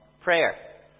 prayer